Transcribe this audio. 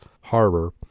Harbor